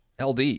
LD